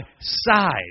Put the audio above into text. side